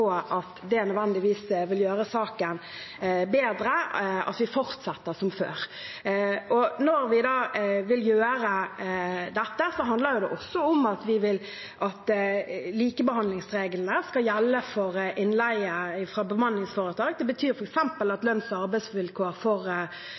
at det nødvendigvis vil gjøre saken bedre at vi fortsetter som før. Når vi vil gjøre dette, handler det også om at vi vil at likebehandlingsreglene skal gjelde for innleie fra bemanningsforetak. Det betyr f.eks. at